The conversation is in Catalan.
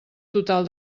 total